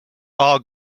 are